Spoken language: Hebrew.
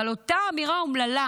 אבל אותה אמירה אומללה